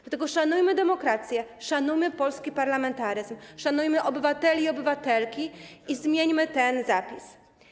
Dlatego szanujmy demokrację, szanujmy polski parlamentaryzm, szanujmy obywateli i obywatelki i zmieńmy ten zapis.